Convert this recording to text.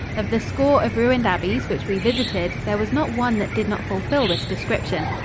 of the score of ruined abbeys which we visited there was not one that did not fulfill this description,